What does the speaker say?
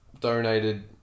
donated